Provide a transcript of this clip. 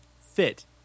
fit